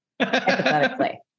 Hypothetically